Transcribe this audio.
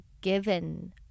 given